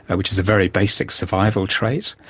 which is a very basic survival trait.